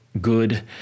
good